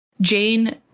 Jane